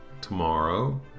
tomorrow